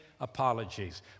apologies